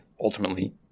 ultimately